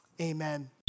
amen